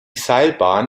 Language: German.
seilbahn